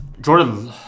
Jordan